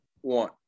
one